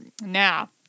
now